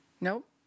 Nope